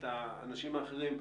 את האנשים האחרים,